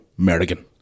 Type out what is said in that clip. Merrigan